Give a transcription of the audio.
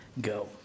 go